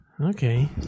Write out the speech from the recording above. Okay